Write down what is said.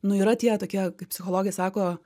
nu yra tie tokie kaip psichologai sako